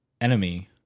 enemy